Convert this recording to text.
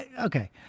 Okay